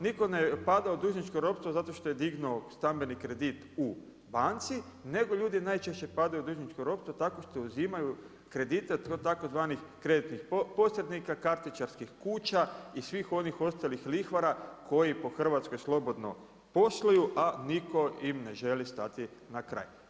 Nitko ne pada u dužničko ropstvo zato što je dignuo stambeni kredit u banci, nego ljudi najčešće padaju u dužničko ropstvo tako što uzimaju kredite od tzv. kreditnih posrednika, kartičarske kuća i svih onih ostalih lihvara koji po Hrvatskoj slobodno posluju, a nitko im ne želi stati na kraj.